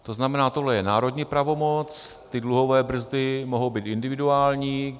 To znamená, tohle je národní pravomoc, ty dluhové brzdy mohou být individuální.